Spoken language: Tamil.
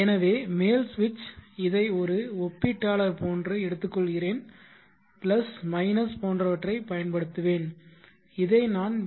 எனவே மேல் சுவிட்ச் இதை ஒரு ஒப்பீட்டாளர் போன்று எடுத்துக்கொள்கிறேன் பிளஸ் மைனஸ் போன்றவற்றைப் பயன்படுத்துவேன் இதை நான் வி